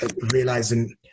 realizing